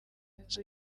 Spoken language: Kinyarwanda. inzu